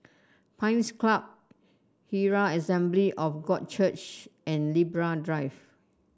Pines Club Herald Assembly of God Church and Libra Drive